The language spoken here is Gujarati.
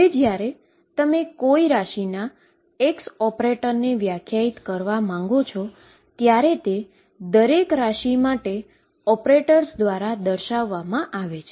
હવે જ્યારે તમે કોઈ ક્વોન્ટીટીના xop ને વ્યાખ્યાયિત કરવા માંગો છો ત્યારે તે દરેક ક્વોન્ટીટી માટે ઓપરેટર્સ દ્વારા કરવામાં આવે છે